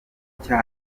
cya